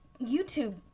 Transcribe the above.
YouTube